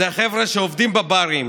החבר'ה שעובדים בברים,